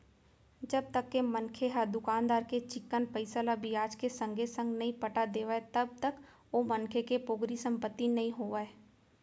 जब तक के मनखे ह दुकानदार के चिक्कन पइसा ल बियाज के संगे संग नइ पटा देवय तब तक ओ मनखे के पोगरी संपत्ति नइ होवय